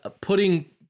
putting